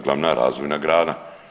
Glavna razvojna grana.